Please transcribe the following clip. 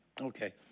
Okay